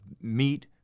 meat